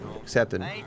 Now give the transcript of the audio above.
accepted